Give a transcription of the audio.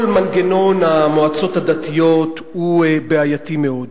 כל מנגנון המועצות הדתיות הוא בעייתי מאוד.